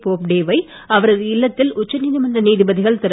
போப்டேவை அவரது இல்லத்தில் உச்ச நீதிமன்ற நீதிபதிகள் திரு